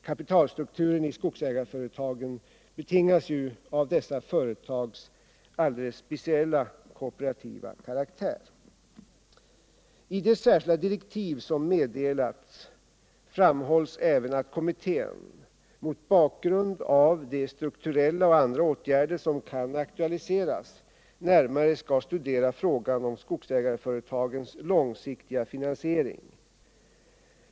Kapitalstrukturen i skogsägareföretagen betingas ju av dessa företags alldeles speciella kooperativa karaktär. I de särskilda direktiv som meddelats framhålls även att kommittén — mot bakgrund av de strukturella och andra åtgärder som kan aktualiseras — närmare skall studera frågan om skogsägareföretagens långsiktiga finansiering.